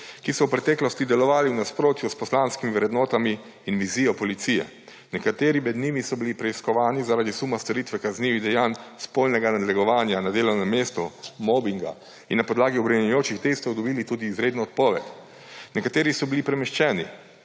ki so v preteklosti delovale v nasprotju s poslanskimi vrednotami in vizijo policije. Nekateri med njimi so bili preiskovani zaradi suma storitve kaznivih dejanj spolnega nadlegovanja na delovnem mestu, mobinga in na podlagi obremenjujočih testov dobili tudi izredno odpoved, nekateri so bili premeščeni.